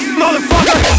motherfucker